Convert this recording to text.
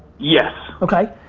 yes. okay.